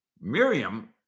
Miriam